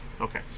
Okay